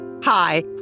Hi